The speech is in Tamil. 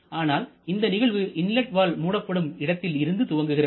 ஆனால் இந்த நிகழ்வு இன்லட் வால்வு மூடப்படும் இடத்தில் இருந்து துவங்குகிறது